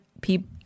people